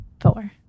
four